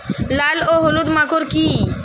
লাল ও হলুদ মাকর কী?